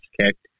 kicked